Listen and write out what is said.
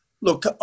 Look